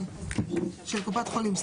של קופת חולים,